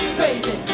Crazy